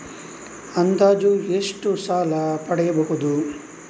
ಅಂದಾಜು ಎಷ್ಟು ಸಾಲ ಪಡೆಯಬಹುದು?